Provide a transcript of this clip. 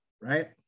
right